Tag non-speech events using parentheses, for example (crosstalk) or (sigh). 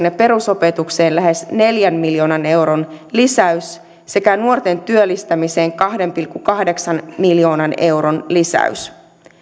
(unintelligible) ja perusopetukseen lähes neljän miljoonan euron lisäys sekä nuorten työllistämiseen kahden pilkku kahdeksan miljoonan euron lisäys